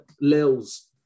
lil's